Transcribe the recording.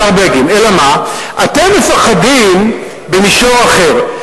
השר בגין, אתם מפחדים במישור אחר.